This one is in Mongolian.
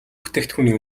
бүтээгдэхүүний